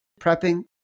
prepping